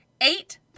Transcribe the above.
eight